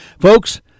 Folks